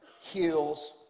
heals